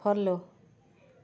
follow